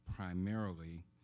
primarily